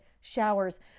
showers